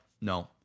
no